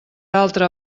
altra